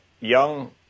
young